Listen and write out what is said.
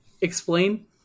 Explain